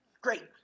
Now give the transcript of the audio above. Great